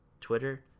Twitter